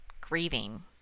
grieving